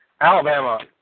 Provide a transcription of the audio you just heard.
Alabama